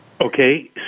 Okay